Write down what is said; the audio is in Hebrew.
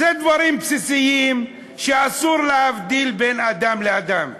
אלה דברים בסיסיים שאסור להבדיל בהם בין אדם לאדם.